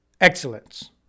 excellence